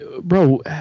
bro